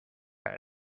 head